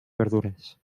verdures